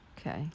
Okay